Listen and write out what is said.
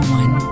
one